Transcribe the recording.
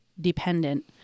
dependent